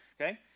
Okay